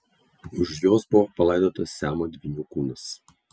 už jos buvo palaidotas siamo dvynių kūnas